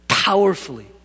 Powerfully